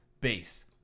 base